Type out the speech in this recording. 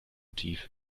tief